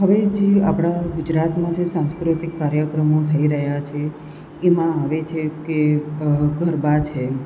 હવે જે આપણા ગુજરાતમાં જે સાંસ્કૃતિક કાર્યક્રમો થઈ રહ્યા છે એમાં હવે જેમ કે ગરબા છે